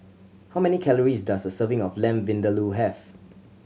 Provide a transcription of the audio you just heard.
how many calories does a serving of Lamb Vindaloo have